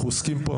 אנחנו עוסקים פה,